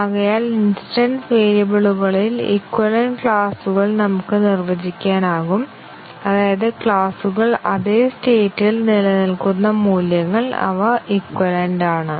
ആകയാൽ ഇൻസ്റ്റൻസ് വേരിയബിളുകളിൽ ഇക്വലെനറ്റ് ക്ലാസുകൾ നമുക്ക് നിർവ്വചിക്കാനാകും അതായത് ക്ലാസുകൾ അതേ സ്റ്റേറ്റ് ഇൽ നിലനിൽക്കുന്ന മൂല്യങ്ങൾ അവ ഇക്വലെനറ്റ് ആണ്